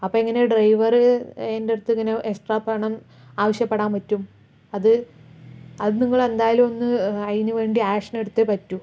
അപ്പം എങ്ങനെ ഡ്രൈവറ് ഏൻ്റടുത്ത് ഇങ്ങനെ എക്സ്ട്രാ പണം ആവശ്യപ്പെടാൻ പറ്റും അത് അത് നിങ്ങളെന്തായാലും ഒന്ന് അയിന് വേണ്ടി ആക്ഷൻ എടുത്തേ പറ്റൂ